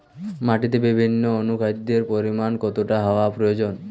মাটিতে বিভিন্ন অনুখাদ্যের পরিমাণ কতটা হওয়া প্রয়োজন?